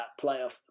playoff